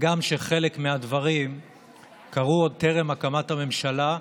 הגם שחלק מהדברים קרו עוד טרם הקמת הממשלה,